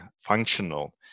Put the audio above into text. functional